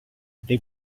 they